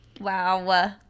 wow